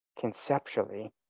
conceptually